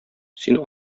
син